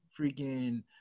freaking